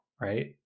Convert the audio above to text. right